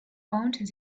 found